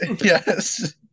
yes